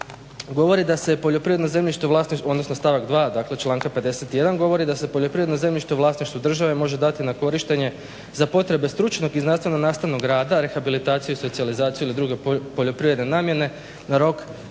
51.govori da se poljoprivredno zemljište u vlasništvu države može dati na korištenje za potrebe stručnog i znanstveno nastavnog rada, rehabilitaciju, socijalizaciju ili druge poljoprivredne namjene na rok do